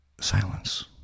Silence